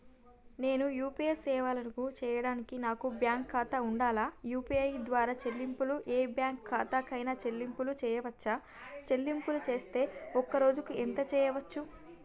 నేను యూ.పీ.ఐ సేవలను చేయడానికి నాకు బ్యాంక్ ఖాతా ఉండాలా? యూ.పీ.ఐ ద్వారా చెల్లింపులు ఏ బ్యాంక్ ఖాతా కైనా చెల్లింపులు చేయవచ్చా? చెల్లింపులు చేస్తే ఒక్క రోజుకు ఎంత చేయవచ్చు?